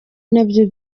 nabyo